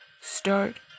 start